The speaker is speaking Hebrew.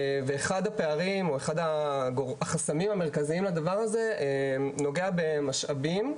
אחד הפערים או אחד החסמים המרכזיים לדבר הזה נוגע במשאבים,